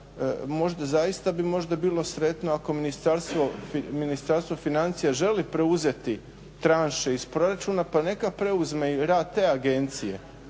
možda bilo sretno ako Ministarstvo financija želi preuzeti tranše iz proračuna pa neka preuzme i rad te agencije.